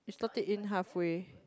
you slot it in halfway